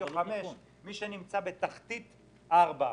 מי שנמצא בתחתית סוציו ארבע,